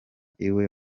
iwe